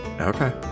Okay